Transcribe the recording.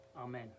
amen